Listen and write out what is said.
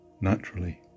naturally